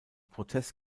protest